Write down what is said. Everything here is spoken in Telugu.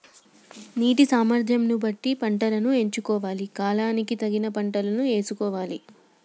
నీటి సామర్థ్యం ను బట్టి పంటలను ఎంచుకోవాలి, కాలానికి తగిన పంటలను యేసుకోవాలె